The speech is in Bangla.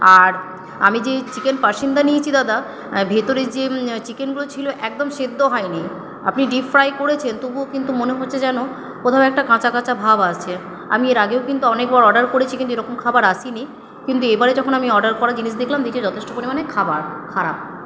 আর আমি যেই চিকেন পাসিন্দা নিয়েছি দাদা ভিতরে যে চিকেনগুলো ছিল একদম সেদ্ধ হয়নি আপনি ডিপ ফ্রাই করেছেন তবুও কিন্তু মনে হচ্ছে যেন কোথাও একটা কাঁচা কাঁচা ভাব আছে আমি এর আগেও কিন্তু অনেকবার অর্ডার করেছি কিন্তু এরকম খাবার আসিনি কিন্তু এবারে যখন আমি অর্ডার করা জিনিস দেখলাম দেখি যথেষ্ট পরিমাণে খাবার খারাপ